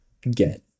get